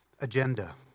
agenda